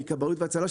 מכבאות והצלה,